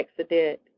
accident